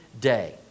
day